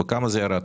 בכמה זה ירד?